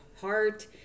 heart